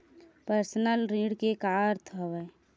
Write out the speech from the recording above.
Personal ऋण के का अर्थ हवय?